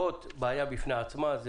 הוט, בעיה בפני עצמה,